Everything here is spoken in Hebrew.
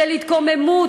של התקוממות,